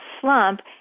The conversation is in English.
slump